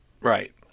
Right